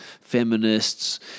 feminists